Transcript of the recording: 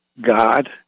God